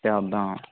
சரி அதுதான்